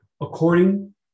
according